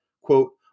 Quote